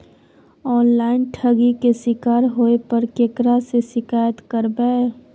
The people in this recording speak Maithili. ऑनलाइन ठगी के शिकार होय पर केकरा से शिकायत करबै?